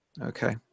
Okay